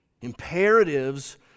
Imperatives